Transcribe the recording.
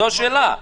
זו השאלה.